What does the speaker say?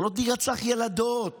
יכולות להירצח ילדות